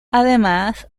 además